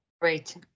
Great